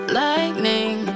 lightning